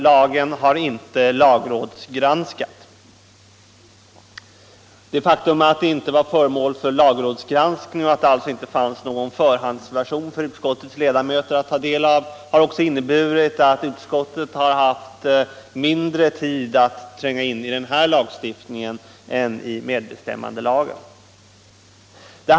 Lagen har inte lagrådsgranskats, och det faktum att den inte varit föremål för sådan granskning — att det alltså inte funnits någon förhandsversion för utskottets ledamöter att ta del av — har också inneburit att utskottet haft mindre tid att tränga in i denna lagstiftning än i lagstiftningen om medbestämmande.